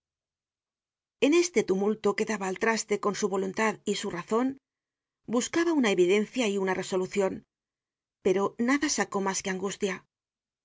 en este tumulto que daba al traste con su voluntad y su razon buscaba una evidencia y una resolucion pero nada sacó mas que angustia